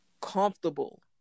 comfortable